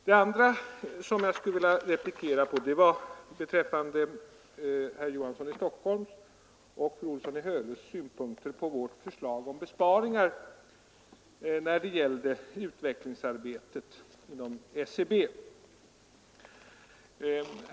Det andra jag skulle vilja replikera är herr Olof Johanssons i Stockholm och fru Olssons i Hölö synpunkter på vårt förslag om besparingar när det gäller utvecklingsarbetet inom SCB.